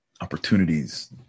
Opportunities